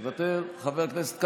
מוותר, חבר הכנסת קלנר,